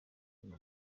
n’u